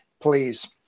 please